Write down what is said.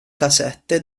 casette